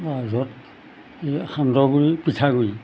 তাৰপিছত এই সান্দহ গুড়ি পিঠাগুড়ি